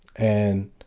and